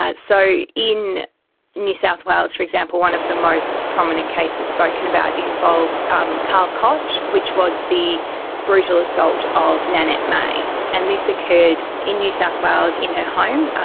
ah so in new south wales, for example, one of the most prominent cases spoken about involves um karl koch, which was the brutal assault of nanette may, and this occurred in new south wales in her home.